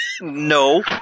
No